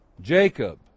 Jacob